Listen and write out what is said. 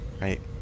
right